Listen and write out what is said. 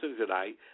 tonight